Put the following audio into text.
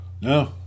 No